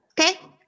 Okay